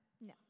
No